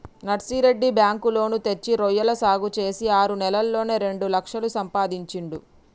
Narsireddy bank loan తెచ్చి రొయ్యల సాగు చేసి ఆరు నెలల్లోనే రెండు లక్షలు సంపాదించిండు